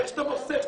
איך שאתה מתנהל.